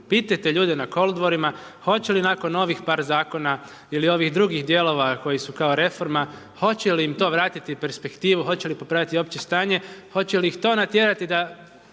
Pitajte ljude na kolodvorima, hoće li nakon ovih par zakona ili ovih drugih dijelova koji su kao reforma, hoće li im to vratiti perspektivu, hoće li popraviti opće stanje, hoće li ih to natjerati da